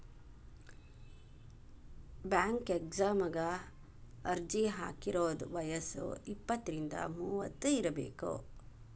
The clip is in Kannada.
ಬ್ಯಾಂಕ್ ಎಕ್ಸಾಮಗ ಅರ್ಜಿ ಹಾಕಿದೋರ್ ವಯ್ಯಸ್ ಇಪ್ಪತ್ರಿಂದ ಮೂವತ್ ಇರಬೆಕ್